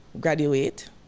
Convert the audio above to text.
graduate